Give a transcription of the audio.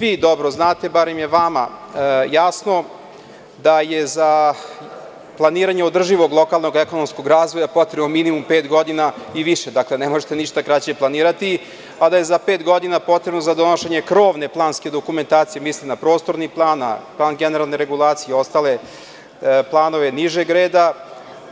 Vi dobro znate, barem je vama jasno da je za planiranje održivog lokalnog ekonomskog razvoja potrebno minimum pet godina i više, dakle, ne možete ništa kraće planirati, a da je za pet godina potrebno za donošenje krovne planske dokumentacije, mislim na prostorni plan, na plan generalne regulacije i ostale planove nižeg reda